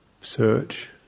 search